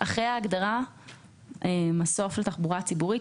(ב)אחרי ההגדרה "מסוף לתחבורה ציבורית"